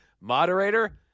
moderator